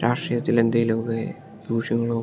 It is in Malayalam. രാഷ്ട്രീയത്തിലെന്തേലും ഒക്കെ ദൂഷ്യങ്ങളോ